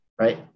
right